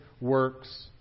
works